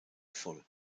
full